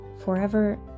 forever